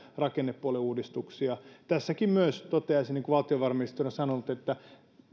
näitä rakennepuolen uudistuksia tästäkin toteaisin niin kuin valtiovarainministeri on sanonut että